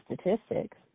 statistics